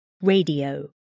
radio